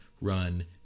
run